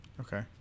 okay